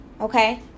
okay